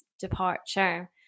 departure